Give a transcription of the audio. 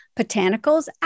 botanicals